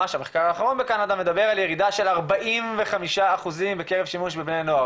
ממש המחקר האחרון בקנדה מדבר על ירידה של 45% בקרב שימוש בבני נוער.